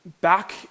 back